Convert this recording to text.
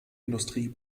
industrie